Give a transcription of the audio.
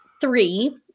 three